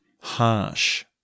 harsh